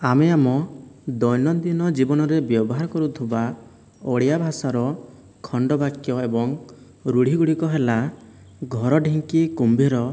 ଆମେ ଆମ ଦୈନନ୍ଦିନ ଜୀବନରେ ବ୍ୟବହାର କରୁଥିବା ଓଡ଼ିଆ ଭାଷାର ଖଣ୍ଡ ବାକ୍ୟ ଏବଂ ରୂଢ଼ୀ ଗୁଡ଼ିକ ହେଲା ଘର ଢ଼ିଙ୍କି କୁମ୍ଭୀର